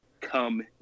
come